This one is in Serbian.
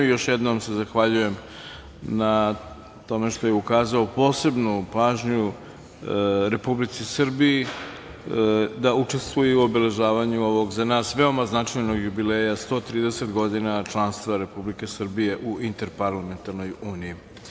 Još jednom se zahvaljujem na tome što je ukazao posebnu pažnju Republici Srbiji da učestvuje u obeležavanju ovog za nas veoma značajnog jubileja – 130 godina članstva Republike Srbije u Interparlamentarnoj uniji.